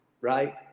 right